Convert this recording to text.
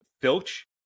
filch